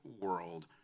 world